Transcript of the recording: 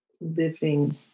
living